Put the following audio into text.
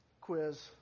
quiz